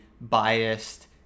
biased